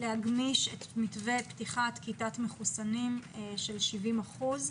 להגמיש את מתווה פתיחת כיתת מחוסנים של 70 אחוזים